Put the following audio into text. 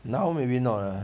now maybe not